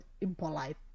impolite